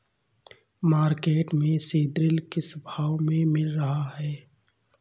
Market में सीद्रिल किस भाव में मिल रहा है?